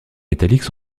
métalliques